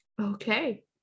Okay